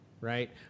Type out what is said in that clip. right